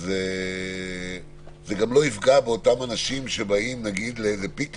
אז זה גם לא יפגע באותם אנשים שבאים לפיקניק